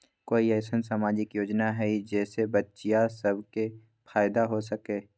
कोई अईसन सामाजिक योजना हई जे से बच्चियां सब के फायदा हो सके?